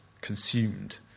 consumed